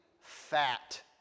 fat